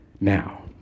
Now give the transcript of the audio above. now